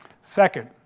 Second